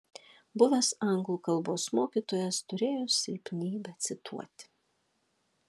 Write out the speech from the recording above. buvęs anglų kalbos mokytojas turėjo silpnybę cituoti